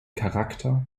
charakter